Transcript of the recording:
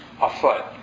afoot